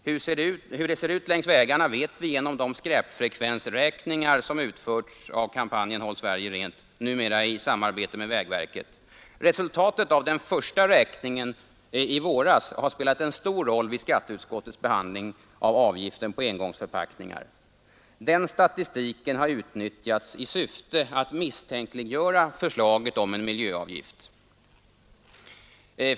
Hur det ser ut längs vägarna vet vi genom de skräpfrekvensräkningar som utförs av kampanjen Håll Sverige rent — numera i samarbete med vägverket. Resultatet av den första räkningen i våras har spelat en stor roll vid skatteutskottets behandling av avgiften på engångsförpackningar. Den statistiken har utnyttjats i syfte att misstänkliggöra förslaget om en miljöavgift.